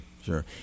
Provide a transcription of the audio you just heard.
sure